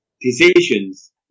decisions